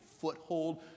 foothold